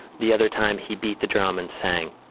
the other time he beat the drum and sang.